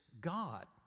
God